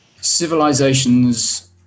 civilizations